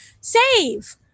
save